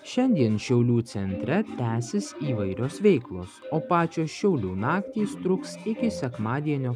šiandien šiaulių centre tęsis įvairios veiklos o pačios šiaulių naktys truks iki sekmadienio